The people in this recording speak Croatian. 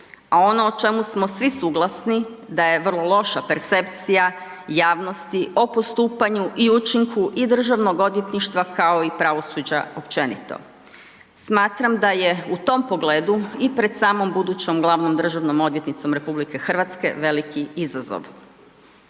a ono u čemu smo svi suglasni da je vrlo loša percepcija javnosti o postupanju i učinku i državnog odvjetništva kao i pravosuđa općenito. Smatram da je u tom pogledu i pred samom budućnom glavnom državnom odvjetnicom RH veliki izazov.